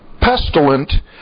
pestilent